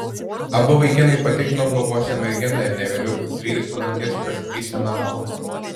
abu vaikinai patikino globosią merginą ir ne vėliau kaip dvyliktą nakties pristatysią namo